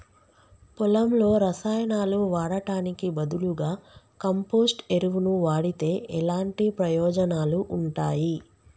పొలంలో రసాయనాలు వాడటానికి బదులుగా కంపోస్ట్ ఎరువును వాడితే ఎలాంటి ప్రయోజనాలు ఉంటాయి?